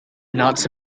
nuts